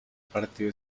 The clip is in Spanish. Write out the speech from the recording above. partido